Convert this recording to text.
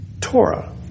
Torah